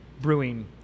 brewing